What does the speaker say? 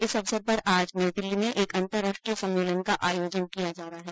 इस अवसर पर आज नई दिल्ली में एक अंतर्राष्ट्रीय सम्मेलन का आयोजन किया जा रहा है